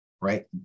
right